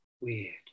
weird